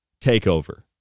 takeover